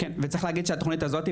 כן וצריך להגיד שהתוכנית הזאתי,